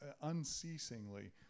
unceasingly